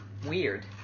Weird